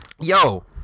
yo